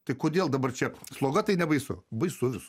tai kodėl dabar čia sloga tai nebaisu baisu